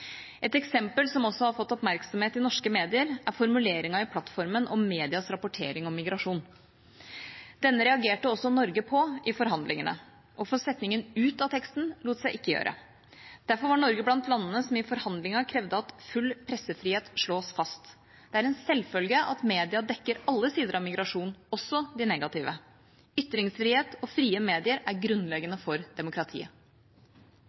eksempel, som også har fått oppmerksomhet i norske medier, er formuleringen i plattformen om medias rapportering om migrasjon. Denne reagerte også Norge på i forhandlingene. Å få setningen ut av teksten lot seg ikke gjøre. Derfor var Norge blant landene som i forhandlingene krevde at full pressefrihet slås fast. Det er en selvfølge at media dekker alle sider av migrasjon, også de negative. Ytringsfrihet og frie medier er